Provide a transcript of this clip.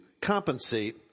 compensate